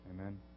Amen